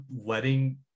letting